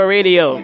Radio